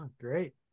great